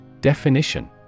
Definition